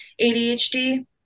ADHD